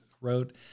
wrote